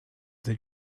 they